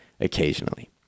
occasionally